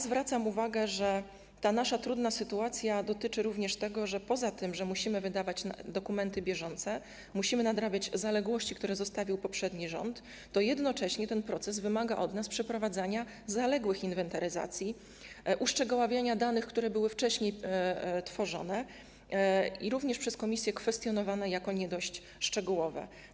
Zawracam uwagę, że nasza trudna sytuacja dotyczy również tego, że poza tym, że musimy wydawać dokumenty bieżące, musimy nadrabiać zaległości, które zostawił poprzedni rząd, jednocześnie ten proces wymaga od nas przeprowadzania zaległych inwentaryzacji, uszczegóławiania danych, które były wcześniej tworzone i również kwestionowane przez Komisję jako nie dość szczegółowe.